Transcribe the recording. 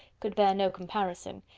could bear no comparison.